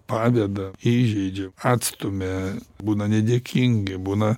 padeda įžeidžia atstumia būna nedėkingi būna